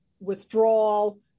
withdrawal